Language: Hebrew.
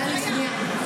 טלי, שנייה.